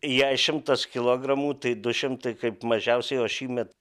jei šimtas kilogramų tai du šimtai kaip mažiausiai o šįmet